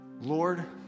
Lord